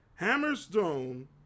Hammerstone